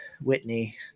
Whitney